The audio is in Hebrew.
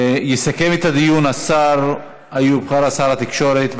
יסכם את הדיון השר איוב קרא, שר התקשורת.